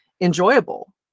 enjoyable